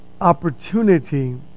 opportunity